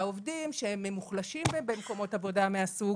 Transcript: העובדים שהם מוחלשים במקומות עבודה מהסוג